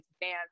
fans